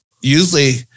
usually